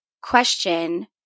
question